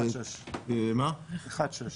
1.6,